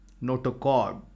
notochord